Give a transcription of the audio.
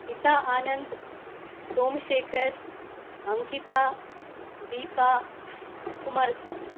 हित आनन्द् सोमशेखर् अङ्किता दीपा कुमारस्वामी